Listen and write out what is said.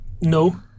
No